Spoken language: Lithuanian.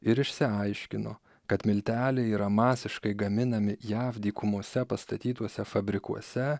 ir išsiaiškino kad milteliai yra masiškai gaminami jav dykumose pastatytuose fabrikuose